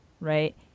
right